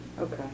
Okay